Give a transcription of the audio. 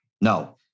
No